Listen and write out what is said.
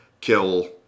kill